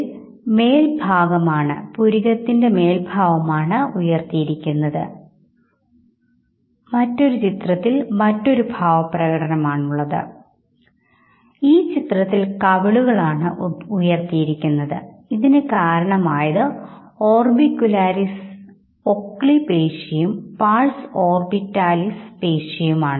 എന്നാൽ മറ്റൊരു സാംസ്കാരിക പശ്ചാത്തലത്തിൽ ഉള്ള ഒരാൾക്ക് അത്രയധികം എൻറെ വികാരപ്രകടനങ്ങൾ മനസ്സിലാകണമെന്നില്ല ബെറിയും അദ്ദേഹത്തിന്റെ സഹപ്രവർത്തകരും മുന്നോട്ടുവെച്ച ആശയങ്ങൾ ആയ ഇക്കോകൾച്ചറൽ ഫ്രെയിംവർക്ക് ഈ നിരീക്ഷണങ്ങളും ആയി പൊരുത്തപ്പെടണം എന്നില്ല വികാരത്തിന്റെ മൂന്ന് തരം മുൻകാല സ്വാധീനങ്ങൾ